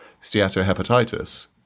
steatohepatitis